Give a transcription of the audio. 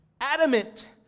adamant